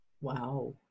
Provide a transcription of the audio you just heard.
Wow